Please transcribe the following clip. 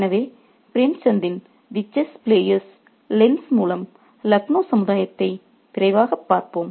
refer slide time 0132 எனவே பிரேம்சந்தின் 'the chess players' lens மூலம் லக்னோ சமுதாயத்தை விரைவாகப் பார்ப்போம்